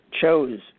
chose